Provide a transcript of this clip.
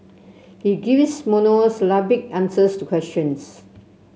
he gives monosyllabic answers to questions